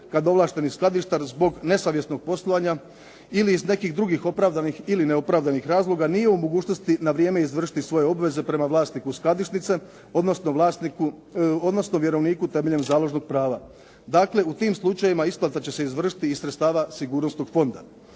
kad ovlašteni skladištar zbog nesavjesnog poslovanja ili iz nekih dugih opravdanih ili neopravdanih razloga nije u mogućnosti na vrijeme izvršiti svoje obveze prema vlasniku skladišnice, odnosno vjerovniku temeljem založnog prava. Dakle, u tim slučajevima isplata će se izvršiti iz sredstava sigurnosnog fonda.